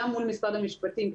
גם מול משרד המשפטים,